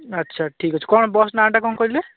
ଆଚ୍ଛା ଠିକ୍ ଅଛି କ'ଣ ବସ୍ ନାଁଟା କ'ଣ କହିଲେ